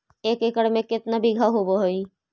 एक एकड़ में केतना बिघा होब हइ?